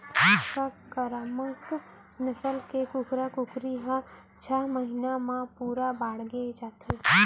संकरामक नसल के कुकरा कुकरी ह छय महिना म पूरा बाड़गे जाथे